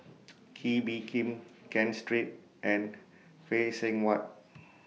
Kee Bee Khim Ken Seet and Phay Seng Whatt